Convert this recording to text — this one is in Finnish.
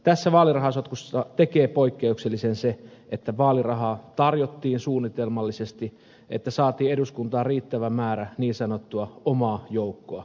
tästä vaalirahasotkusta tekee poikkeuksellisen se että vaalirahaa tarjottiin suunnitelmallisesti että saatiin eduskuntaan riittävä määrä niin sanottua omaa joukkoa